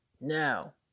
Now